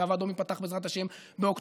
הקו האדום ייפתח בעזרת השם באוקטובר